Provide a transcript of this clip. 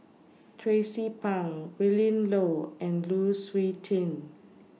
Tracie Pang Willin Low and Lu Suitin